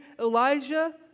Elijah